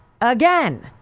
Again